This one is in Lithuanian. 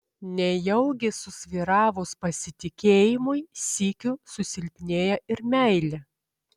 nejaugi susvyravus pasitikėjimui sykiu susilpnėja ir meilė